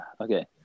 okay